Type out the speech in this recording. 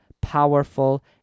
powerful